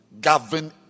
govern